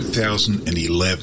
2011